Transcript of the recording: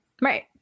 Right